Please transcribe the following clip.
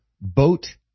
boat